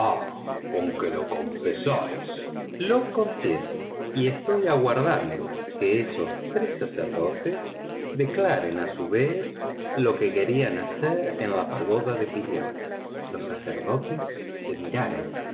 ah conque lo confesáis lo confieso y estoy aguardando que esos tres sacerdotes declaren a su vez lo que querían hacer en la pagoda de pillaji los sacerdotes se miraron